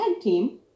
team